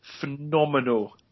phenomenal